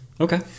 okay